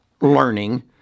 learning